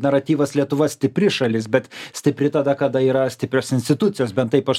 naratyvas lietuva stipri šalis bet stipri tada kada yra stiprios institucijos bent taip aš